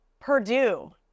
Purdue